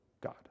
God